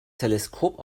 teleskop